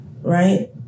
right